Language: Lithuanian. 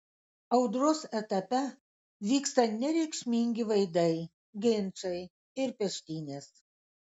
audros etape vyksta nereikšmingi vaidai ginčai ir peštynės